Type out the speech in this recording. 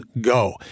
go